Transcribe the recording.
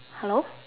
hello